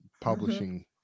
publishing